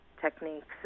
techniques